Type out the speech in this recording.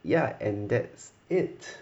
ya and that's it